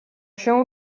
się